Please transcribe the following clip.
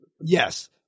yes